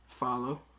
follow